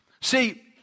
See